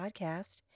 Podcast